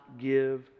give